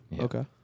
Okay